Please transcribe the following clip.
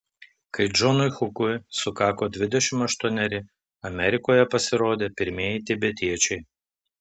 kai džonui hukui sukako dvidešimt aštuoneri amerikoje pasirodė pirmieji tibetiečiai